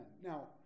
Now